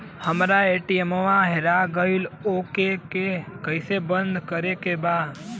हमरा ए.टी.एम वा हेरा गइल ओ के के कैसे बंद करे के बा?